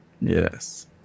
Yes